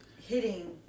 hitting